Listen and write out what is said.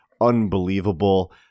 Unbelievable